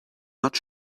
not